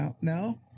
No